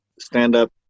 stand-up